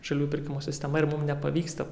žaliųjų pirkimų sistema ir mum nepavyksta